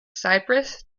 cyprus